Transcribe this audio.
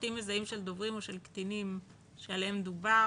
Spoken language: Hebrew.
פרטים מזהים של דוברים או של קטינים שעליהם דובר